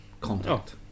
contact